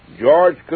George